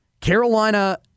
Carolina